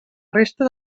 resta